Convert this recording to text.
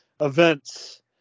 events